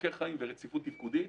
אורכי חיים ורציפות תפקודית.